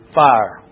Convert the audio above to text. fire